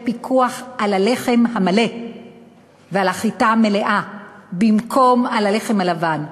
פיקוח על הלחם המלא ועל החיטה המלאה במקום על הלחם הלבן.